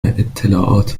اطلاعات